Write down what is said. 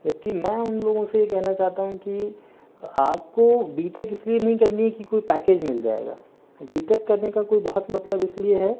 जबकि मैं उन लोगों से कहना चाहता हू की आप को बी टेक इसलिए नहीं करनी है की कोई पैकेज मिल जाएगा बी टेक करने का कोई बहुत मतलब इसलिए है